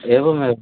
एवमेव